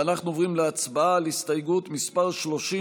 אנחנו עוברים להצבעה על הסתייגות מס' 30,